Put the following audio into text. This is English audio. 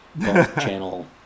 channel